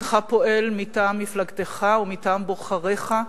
אינך פועל מטעם מפלגתך ומטעם בוחריך,